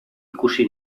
ikusi